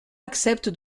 accepte